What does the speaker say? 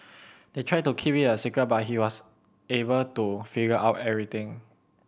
they tried to keep it a secret but he was able to figure out everything